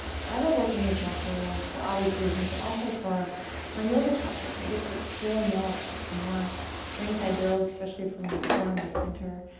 so i love working these muscles, for obvious reasons, but also for my yoga practice. i get to explore more. the more strength i build, especially from my core and my center,